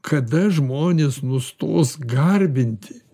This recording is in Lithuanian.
kada žmonės nustos garbinti